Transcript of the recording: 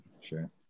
sure